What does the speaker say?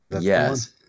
Yes